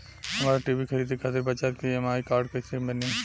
हमरा टी.वी खरीदे खातिर बज़ाज़ के ई.एम.आई कार्ड कईसे बनी?